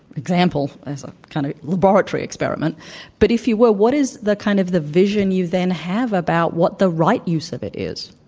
example, as a kind of laboratory experiment but if you were, what is the kind of the vision you then have about what the right use of it is?